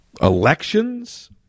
elections